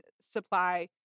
supply